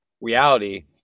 reality